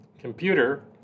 Computer